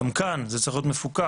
גם כאן זה צריך להיות מפוקח.